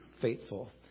faithful